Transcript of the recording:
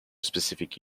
specific